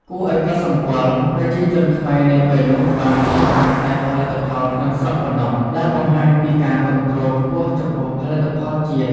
គួរឱ្យកត់សម្គាល់ ប្រជាជនខ្មែរនាពេលនោះបានប្រើប្រាស់តែផលិតផលក្នុងស្រុកប៉ុណ្ណោះ ដែលបង្ហាញពីការគាំទ្រខ្ពស់ចំពោះផលិតផលជាតិ។